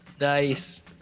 Nice